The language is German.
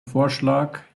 vorschlag